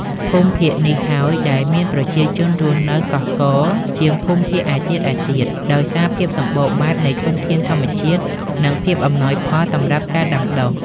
ភូមិភាគនេះហើយដែលមានប្រជាជនរស់នៅកុះករជាងភូមិភាគឯទៀតៗ ដោយសារភាពសម្បូរបែបនៃធនធានធម្មជាតិ និងភាពអំណោយផលសម្រាប់ការដាំដុះ។